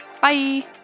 bye